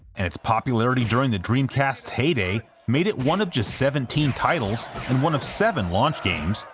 and its popularity during the dreamcast's heyday made it one of just seventeen titles, and one of seven launch games,